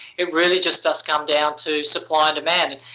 it really just does come down to supply and demand.